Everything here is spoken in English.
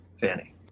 Fanny